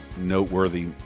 noteworthy